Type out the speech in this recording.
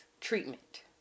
treatment